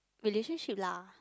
relationship lah